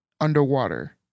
underwater